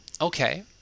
Okay